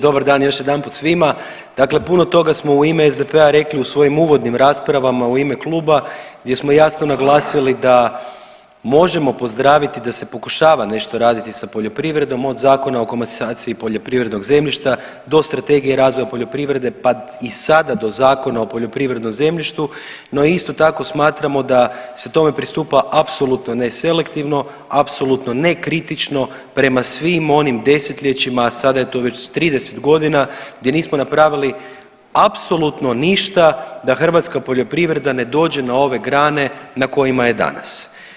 Dobar dan još jedanput svima, dakle puno toga smo u ime SDP-a rekli u svojim uvodnim raspravama u ime kluba gdje smo jasno naglasili da možemo pozdraviti da se pokušava nešto raditi sa poljoprivredom od Zakona o komasaciji poljoprivrednog zemljišta do Strategije razvoja poljoprivrede pa i sada do Zakona o poljoprivrednom zemljištu, no isto tako smatramo da se tome pristupa apsolutno neselektivno, apsolutno nekritično prema svim onim desetljećima, a sada je to već 30 godina gdje nismo napravili apsolutno ništa da hrvatska poljoprivreda ne dođe na ove grane na kojima je danas.